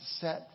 set